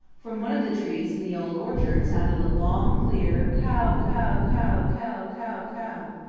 from one of the trees in the old orchard sounded a long, clear, kow-kow-kow-kow-kow-kow!